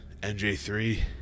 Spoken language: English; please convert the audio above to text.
NJ3